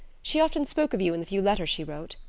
she often spoke of you in the few letters she wrote.